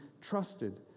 trusted